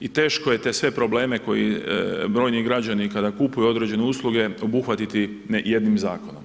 I teško je te sve probleme koji brojni građani kada kupuju određene usluge, obuhvatiti jednim zakonom.